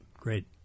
Great